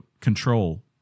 Control